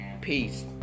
Peace